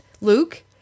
Luke